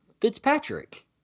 Fitzpatrick